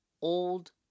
old